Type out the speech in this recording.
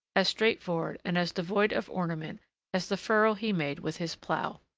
as straightforward, and as devoid of ornament as the furrow he made with his plough.